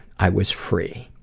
i was free.